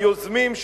היוזמים,